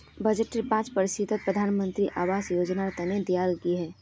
बजटेर पांच प्रतिशत प्रधानमंत्री आवास योजनार तने दियाल गहिये